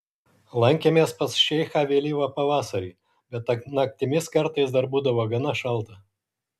lankėmės pas šeichą vėlyvą pavasarį bet naktimis kartais dar būdavo gana šalta